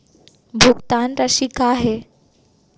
भुगतान राशि का हे?